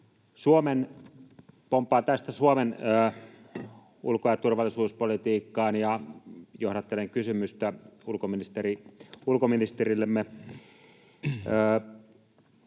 Pomppaan tästä Suomen ulko- ja turvallisuuspolitiikkaan ja johdattelen kysymystä ulkoministerillemme.